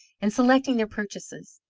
and selecting their purchases.